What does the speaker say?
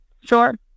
Sure